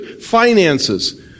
finances